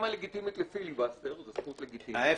הלגיטימית לפיליבסטר זו זכות לגיטימית --- ההיפך.